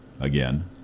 Again